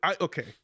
Okay